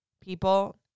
people